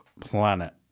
planet